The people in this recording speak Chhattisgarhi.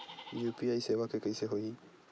यू.पी.आई सेवा के कइसे होही?